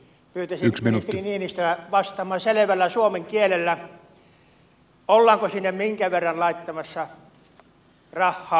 pyytäisin ministeri niinistöä vastaamaan selvällä suomen kielellä ollaanko sinne minkä verran laittamassa rahaa